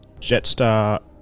Jetstar